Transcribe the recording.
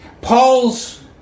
Paul's